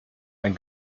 ein